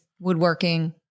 woodworking